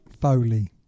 Foley